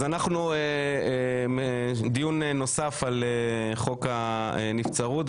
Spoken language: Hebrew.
אז אנחנו דיון נוסף על חוק הנבצרות,